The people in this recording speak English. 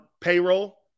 payroll